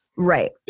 Right